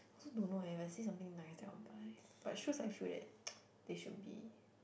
also don't know eh if I see something nice then I'll buy but shoes I feel that they should be